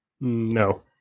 No